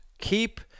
Keep